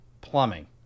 plumbing